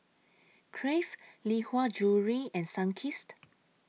Crave Lee Hwa Jewellery and Sunkist